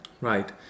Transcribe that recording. Right